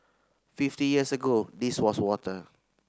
fifty years ago this was water